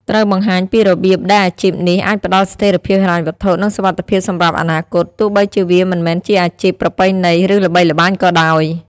ត្រូវបង្ហាញពីរបៀបដែលអាជីពនេះអាចផ្ដល់ស្ថិរភាពហិរញ្ញវត្ថុ និងសុវត្ថិភាពសម្រាប់អនាគត ទោះបីជាវាមិនមែនជាអាជីពប្រពៃណី ឬល្បីល្បាញក៏ដោយ។